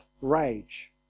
rage